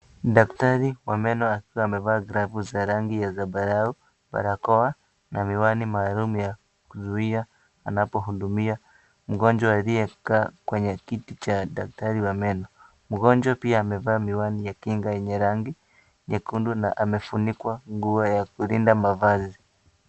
Daktari wa meno akiwa amevaa glavu za rangi ya zambarau, barakoa na miwani maalum ya kuzuia anapo hudumia mgonjwa aliyekaa kwenye kiti cha daktari wa meno. Mgonjwa pia amevaa miwani ya kinga yenye rangi nyekundu na anafunikwa nguo ya kulinda mavazi.